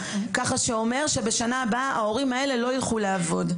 ככה שאומר שבשנה הבאה ההורים האלה לא יילכו לעבוד.